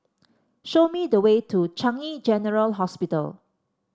show me the way to Changi General Hospital